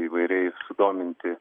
įvairiai sudominti